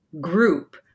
group